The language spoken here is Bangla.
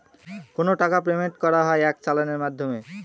কোনো টাকার পেমেন্ট করা হয় এক চালানের মাধ্যমে